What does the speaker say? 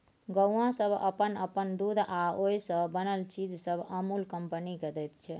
गौआँ सब अप्पन अप्पन दूध आ ओइ से बनल चीज सब अमूल कंपनी केँ दैत छै